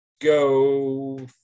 go